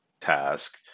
task